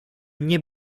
nie